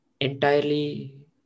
entirely